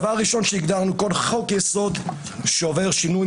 דבר ראשון שהגדרנו הוא שכל חוק-יסוד שעובר שינוי,